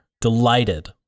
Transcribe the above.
Delighted